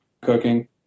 cooking